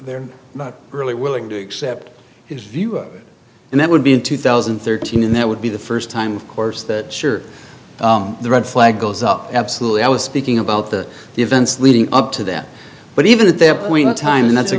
they're really willing to accept his view and that would be in two thousand and thirteen and that would be the first time of course that sure the red flag goes up absolutely i was speaking about the events leading up to that but even at that point in time that's a